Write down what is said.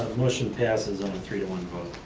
motion passes on a three-to-one vote.